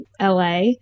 LA